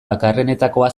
bakarrenetakoa